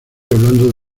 hablando